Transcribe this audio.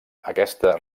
aquesta